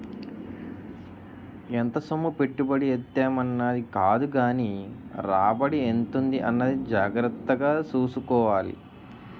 ఎంత సొమ్ము పెట్టుబడి ఎట్టేం అన్నది కాదుగానీ రాబడి ఎంతుంది అన్నది జాగ్రత్తగా సూసుకోవాలి